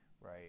right